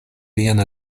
vian